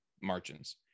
margins